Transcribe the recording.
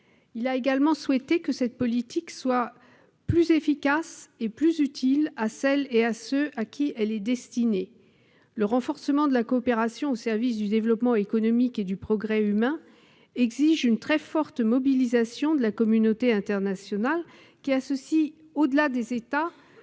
Il a également souhaité que cette politique soit plus efficace et plus utile pour celles et ceux à qui elle est destinée. Le renforcement de la coopération au service du développement économique et du progrès humain exige une très forte mobilisation de la communauté internationale, qui associe, au-delà des États,